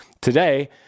today